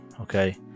Okay